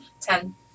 Ten